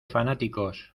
fanáticos